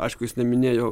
aišku jis neminėjo